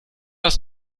das